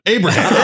Abraham